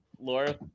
laura